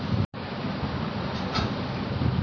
జీవామృతం అంటే ఏంటి?